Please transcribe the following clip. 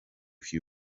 few